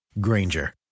Granger